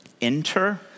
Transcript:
Enter